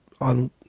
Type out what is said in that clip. on